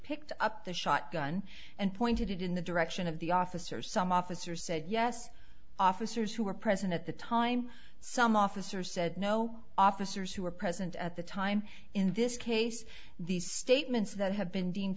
picked up the shotgun and pointed it in the direction of the officer some officer said yes officers who were present at the time some officer said no officers who were present at the time in this case these statements that have been deemed